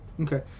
Okay